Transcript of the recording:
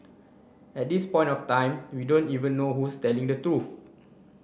at this point of time we don't even know who's telling the truth